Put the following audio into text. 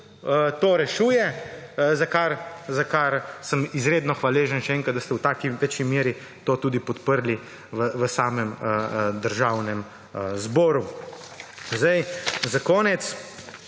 to rešuje, za kar sem izredno hvaležen, še enkrat, da ste v taki večji meri to tudi podprli v samem državnem zboru. Za konec